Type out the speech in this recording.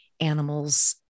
animals